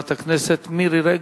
חברת הכנסת מירי רגב,